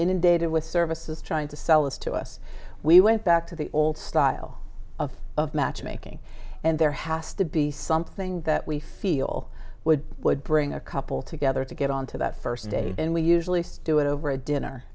inundated with services trying to sell this to us we went back to the old style of of matchmaking and there has to be something that we feel would would bring a couple together to get on to that first day and we usually do it over a dinner